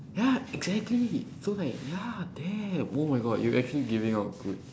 ya exactly so like ya damn oh my god you actually giving out good